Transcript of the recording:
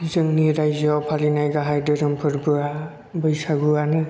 जोंनि रायजोयाव फालिनाय गाहाय धोरोम फोर्बोआ बैसागु आनो